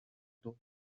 dół